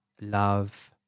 love